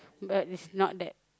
but is not that